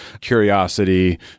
curiosity